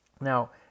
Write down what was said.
Now